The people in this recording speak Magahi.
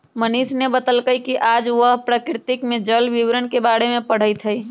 मनीष ने बतल कई कि आज वह प्रकृति में जल वितरण के बारे में पढ़ तय